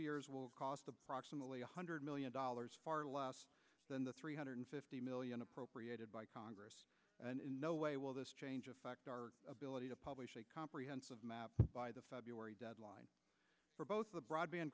years will cost approximately one hundred million dollars far less than the three hundred fifty million appropriated by congress and in no way will this change affect our ability to publish a comprehensive by the february deadline for both the broadband